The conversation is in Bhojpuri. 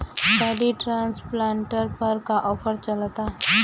पैडी ट्रांसप्लांटर पर का आफर चलता?